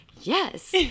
yes